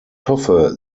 hoffe